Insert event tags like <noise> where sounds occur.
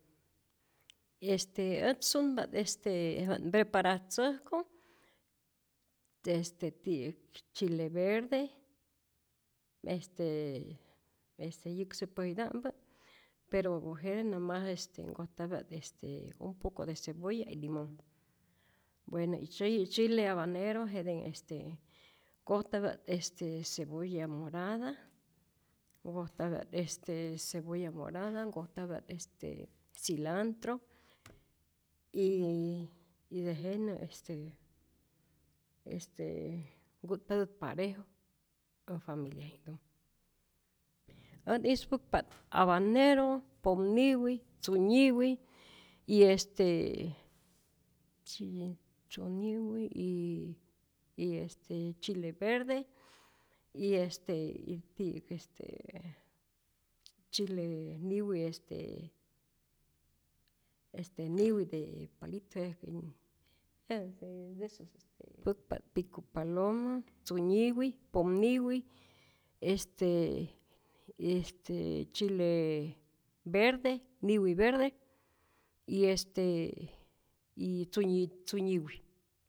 Este ät sunpa't este wa't mpreparatzäjku este ti'yäk chile verde, este este yäkse päjita'mpä pero jete namas nkojtapya't este un poco de cebolla y limonh, bueno y sei chile abanero jete este nkojtapya't este cebolla morada, nkojtapya't este cebolla morada, nkojtapya't este cilantro y y tejenä este este nku'tpatät parejo, todo familiaji'knhtumä, ät ispäkpa't abanero, pomniwi, tzunyiwi, y este y es tzyunyiwi y y este chile verde, y este y ti'yäk est chile niwi este este niwi de palito <hesitation> mpäkpa't pico paloma, tzunyiwi, popniwi, este este chile verde niwi verde y este y este tzunyi tzunyiwi.